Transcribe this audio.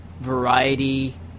variety